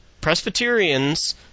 Presbyterians